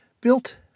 built